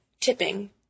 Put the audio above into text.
tipping